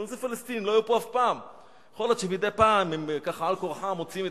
הם אומרים: